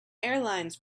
airlines